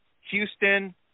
Houston